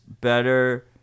better